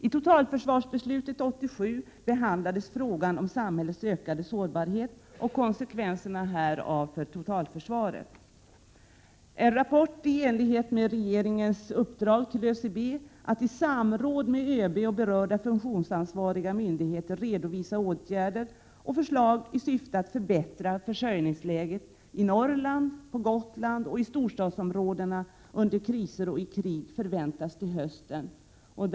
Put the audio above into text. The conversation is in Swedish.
I totalförsvarsbeslutet 1987 behandlades frågan om samhällets ökade sårbarhet och konsekvenserna härav för totalförsvaret. Rapport i enlighet med regeringens uppdrag till ÖCB att i samråd med ÖB och berörda funktionsansvariga myndigheter redovisa åtgärder och förslag i syfte att förbättra försörjningsläget i Norrland, på Gotland och i storstadsområdena under kriser och i krig förväntas till hösten 1988.